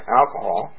alcohol